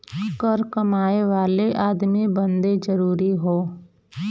कर कमाए वाले अदमी बदे जरुरी हौ